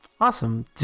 Awesome